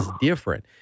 different